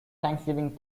thanksgiving